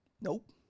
nope